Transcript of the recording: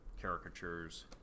caricatures